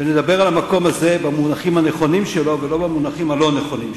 ונדבר על המקום הזה במונחים הנכונים שלו ולא במונחים הלא-נכונים שלו.